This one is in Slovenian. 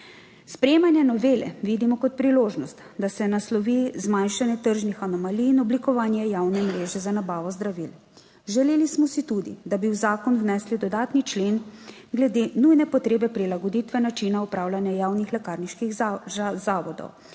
Sprejemanje novele vidimo kot priložnost, da se naslovi Zmanjšanje tržnih anomalij in oblikovanje javne mreže za nabavo zdravil. Želeli smo si tudi, da bi v zakon vnesli dodatni člen glede nujne potrebe prilagoditve načina upravljanja javnih lekarniških zavodov,